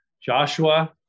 Joshua